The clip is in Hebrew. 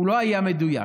הוא לא היה מדויק.